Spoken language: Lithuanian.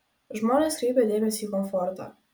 žmonės kreipia dėmesį į komfortą